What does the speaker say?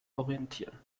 orientieren